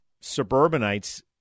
suburbanites